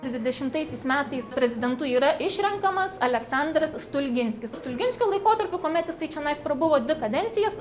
dvidešimtaisiais metais prezidentu yra išrenkamas aleksandras stulginskis stulginskio laikotarpiu kuomet jisai čionai prabuvo dvi kadencijas